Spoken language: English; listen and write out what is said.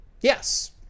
Yes